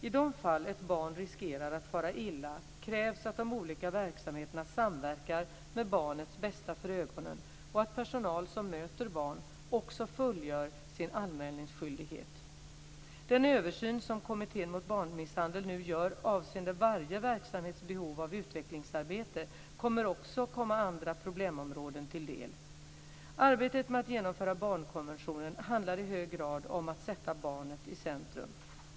I de fall ett barn riskerar att fara illa krävs att de olika verksamheterna samverkar, med barnets bästa för ögonen, och att personal som möter barn också fullgör sin anmälningsskyldighet. Den översyn som kommittén mot barnmisshandel nu gör avseende varje verksamhets behov av utvecklingsarbete kommer också att komma andra problemområden till del. Arbetet med att genomföra barnkonventionen handlar i hög grad om att sätta barnet i centrum.